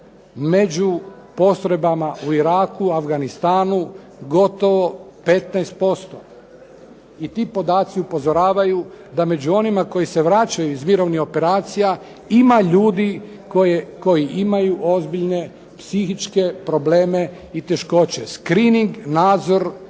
među postrojbama u Iraku, Afganistanu gotovo 15%. I ti podaci upozoravaju da među onima koji se vraćaju iz mirovnih operacija ima ljudi koji imaju ozbiljne psihičke probleme i teškoće. Scrining nadzor